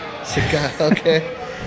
okay